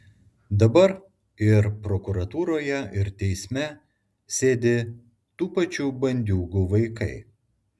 dabar ir prokuratūroje ir teisme sėdi tų pačių bandiūgų vaikai